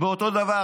אותו דבר,